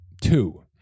two